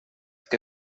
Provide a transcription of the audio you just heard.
que